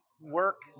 work